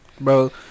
bro